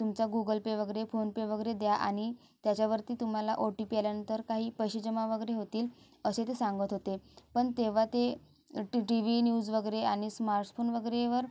तुमचा गूगलपे वगरे फोनपे वगैरे द्या आणि त्याच्यावरती तुम्हाला ओ टी पी आल्यानंतर काही पैसे जमा वगैरे होतील असे ते सांगत होते पण तेव्हा ते ट टी व्ही न्यूज वगैरे आणि स्मार्टसफोन वगैरेवर